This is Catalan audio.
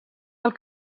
del